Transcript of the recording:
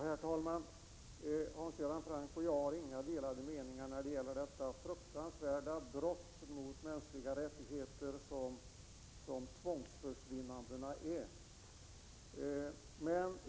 Herr talman! Hans Göran Franck och jag har inga delade meningar när det gäller det fruktansvärda brott mot mänskliga rättigheter som tvångsförsvinnandena är.